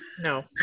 no